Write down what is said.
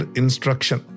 instruction